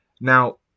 Now